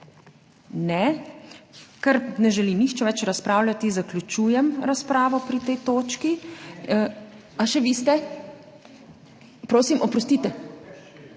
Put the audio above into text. Ne. Ker ne želi nihče več razpravljati, zaključujem razpravo pri tej točki. A še vi ste? Prosim, oprostite.